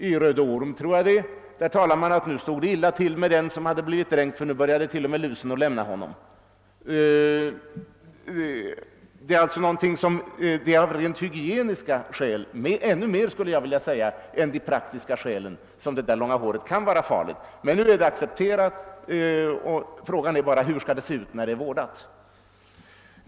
I Röde Orm tror jag sägs det t.ex., alt det stod illa till med den som hade blivit slagen, ty nu började t.o.m. lusen lämna honom. Av hygieniska skäl mer än av praktiska skäl kan det långa håret vara farligt. Men nu är det accepterat, och frågan är bara hur det skall se ut när det är vårdat.